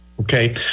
Okay